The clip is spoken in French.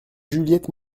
juliette